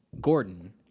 Gordon